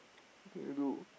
what can you do